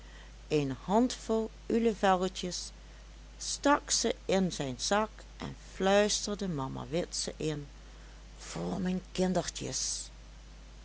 een handvol ulevelletjes stak ze in zijn zak en fluisterde mama witse in voor me kindertjes